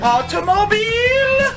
Automobile